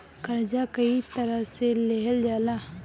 कर्जा कई तरह से लेहल जाला